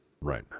Right